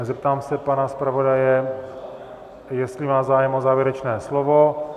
Zeptám se pana zpravodaje, jestli má zájem o závěrečné slovo.